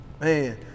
Man